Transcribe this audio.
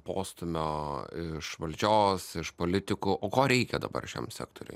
postūmio iš valdžios iš politikų o ko reikia dabar šiam sektoriui